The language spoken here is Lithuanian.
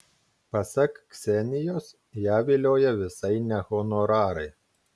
pasak ksenijos ją vilioja visai ne honorarai